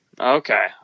Okay